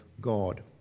God